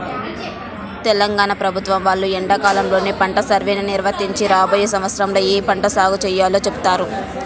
తెలంగాణ ప్రభుత్వం వాళ్ళు ఎండాకాలంలోనే పంట సర్వేని నిర్వహించి రాబోయే సంవత్సరంలో ఏ పంట సాగు చేయాలో చెబుతారు